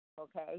okay